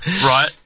Right